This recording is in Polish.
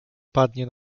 padnie